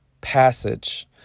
passage